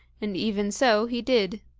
and even so he did.